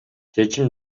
чечим